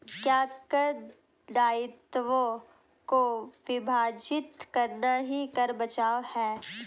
क्या कर दायित्वों को विभाजित करना ही कर बचाव है?